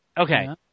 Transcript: Okay